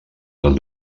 del